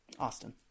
Austin